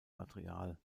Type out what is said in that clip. material